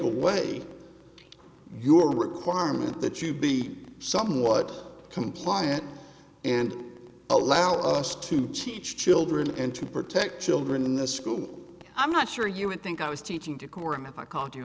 away your requirement that you be somewhat compliant and allow us to teach children and to protect children in the school i'm not sure you would think i was teaching decorum if i ca